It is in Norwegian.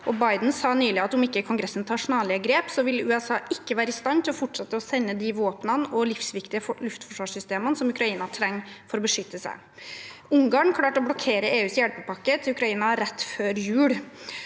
Biden sa nylig at om ikke Kongressen tar snarlige grep, vil ikke USA være i stand til å fortsette å sende de våpnene og livsviktige luftforsvarssystemene som Ukraina trenger for å beskytte seg. Ungarn klarte å blokkere EUs hjelpepakke til Ukraina rett før jul,